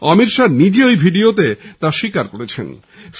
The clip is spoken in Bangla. অমিত শাহ নিজে ঐ ভিডিওতে তা স্বীকার করেছেন